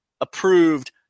approved